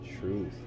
truth